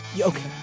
Okay